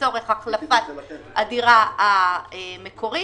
לצורך החלפת הדירה המקורית,